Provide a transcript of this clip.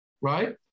right